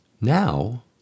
now